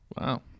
wow